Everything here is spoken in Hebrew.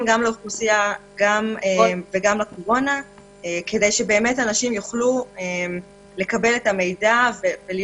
גם לאוכלוסייה וגם לקורונה כדי שאנשים יוכלו לקבל את המידע.